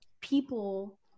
people